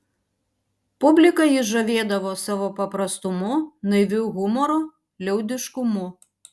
publiką jis žavėdavo savo paprastumu naiviu humoru liaudiškumu